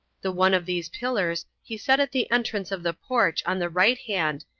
the one of these pillars he set at the entrance of the porch on the right hand,